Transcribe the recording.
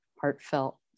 heartfelt